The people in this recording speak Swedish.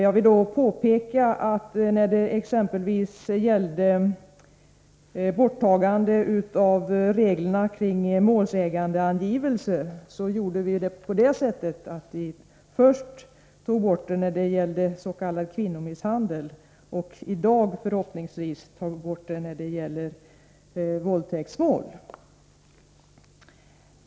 Jag vill påpeka att vi när det exempelvis gällde borttagande av reglerna kring målsägandeangivelse gjorde på det viset att vi först tog bort reglerna i fråga om s.k. kvinnomisshandel. I dag tar vi förhoppningsvis bort dem när det gäller våldtäktsmål.